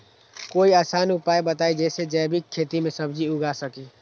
कोई आसान उपाय बताइ जे से जैविक खेती में सब्जी उगा सकीं?